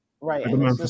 Right